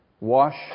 Wash